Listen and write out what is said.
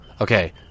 Okay